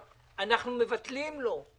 אנחנו מבטלים לו,